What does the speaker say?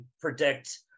predict